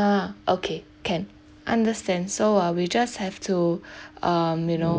ah okay can understand so uh we just have to um you know